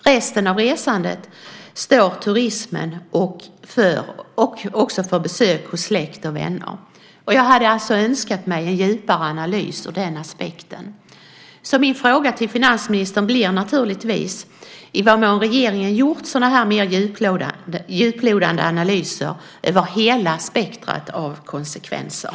Resten av resandet står turismen och besök hos släkt och vänner för. Jag hade alltså önskat mig en djupare analys från den aspekten, så min fråga till finansministern blir i vad mån regeringen har gjort sådana här mer djuplodande analyser över hela spektrumet av konsekvenser.